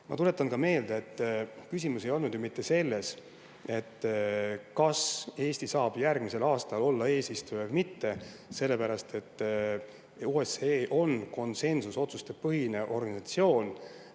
Ma tuletan ka meelde, et küsimus ei olnud ju mitte selles, kas Eesti saab järgmisel aastal olla eesistuja või mitte. OSCE on konsensusotsustel põhinev organisatsioon